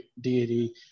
deity